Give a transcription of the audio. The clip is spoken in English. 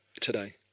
today